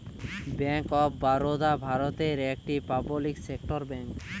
bank of Baroda ভারতের একটা public sector bank